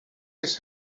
his